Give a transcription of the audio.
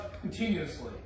continuously